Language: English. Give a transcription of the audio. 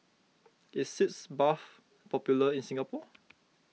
is Sitz Bath popular in Singapore